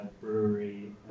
brewery